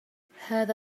هذا